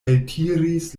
eltiris